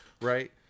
right